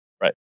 Right